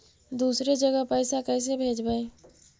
दुसरे जगह पैसा कैसे भेजबै?